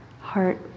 heart